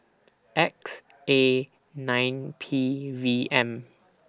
X A nine P V M